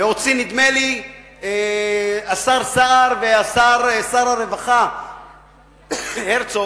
להוציא נדמה לי השר סער ושר הרווחה הרצוג,